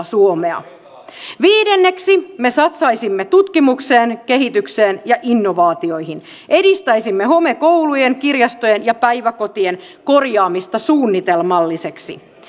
suomea viidenneksi me satsaisimme tutkimukseen kehitykseen ja innovaatioihin edistäisimme homekoulujen kirjastojen ja päiväkotien korjaamista suunnitelmallisesti